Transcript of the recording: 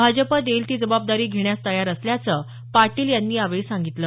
भाजप देईल ती जबाबदारी घेण्यास तयार असल्याचं पाटील यांनी यावेळी सांगितलं